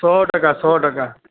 સો ટકા સો ટકા